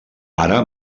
ara